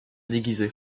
déguisé